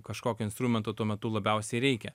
kažkokio instrumento tuo metu labiausiai reikia